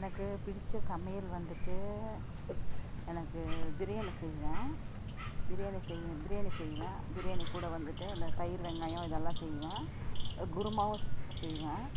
எனக்கு பிடித்த சமையல் வந்துட்டு எனக்கு பிரியாணி செய்வேன் பிரியாணி செய் பிரியாணி செய்வேன் பிரியாணி கூட வந்துட்டு இந்த தயிர் வெங்காயம் இதெல்லாம் செய்வேன் குருமாவும் செய்வேன்